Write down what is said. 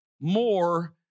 more